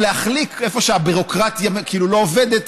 להחליק איפה שהביורוקרטיה כאילו לא עובדת,